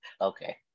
okay